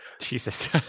jesus